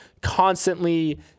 constantly